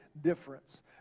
difference